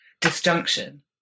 disjunction